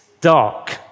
dark